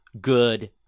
good